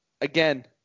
again